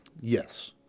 Yes